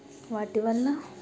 వాటి వల్ల